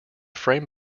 frame